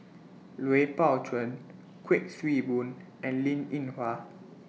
Lui Pao Chuen Kuik Swee Boon and Linn in Hua